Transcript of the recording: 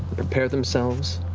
prepare themselves.